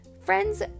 Friends